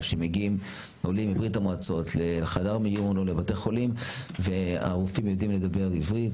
שמגיעים עולים מברה"מ לחדר מיון ולבתי חולים והרופאים יודעים לדבר עברית,